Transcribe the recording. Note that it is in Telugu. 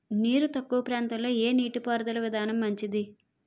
నీరు తక్కువ ప్రాంతంలో ఏ నీటిపారుదల విధానం మంచిది?